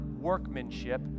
workmanship